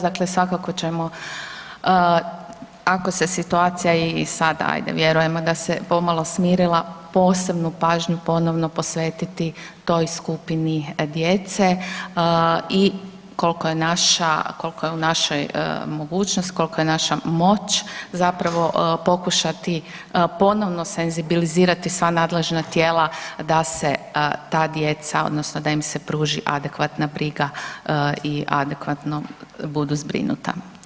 Dakle svakako ćemo ako se situacija i sada, hajde vjerujemo da se pomalo smirila, posebnu pažnju ponovno posvetiti toj skupini djece i koliko je u našoj mogućnosti, kolika je naša moć zapravo pokušati ponovno senzibilizirati sva nadležna tijela da se ta djeca odnosno da im se pruži adekvatna briga i adekvatno budu zbrinuta.